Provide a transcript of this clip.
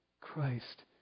Christ